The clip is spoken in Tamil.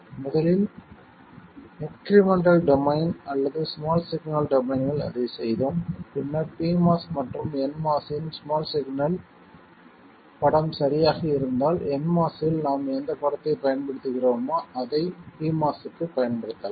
முதலில் இன்க்ரிமெண்டல் டொமைன் அல்லது ஸ்மால் சிக்னல் டொமைனில் அதைச் செய்தோம் பின்னர் pMOS மற்றும் nMOS இன் ஸ்மால் சிக்னல் படம் சரியாக இருந்தால் nMOS இல் நாம் எந்தப் படத்தைப் பயன்படுத்துகிறோமோ அதைப் pMOS க்கு பயன்படுத்தலாம்